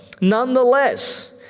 Nonetheless